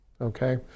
Okay